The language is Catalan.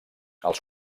els